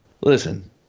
listen